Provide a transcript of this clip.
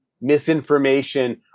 misinformation